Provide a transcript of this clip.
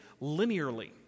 linearly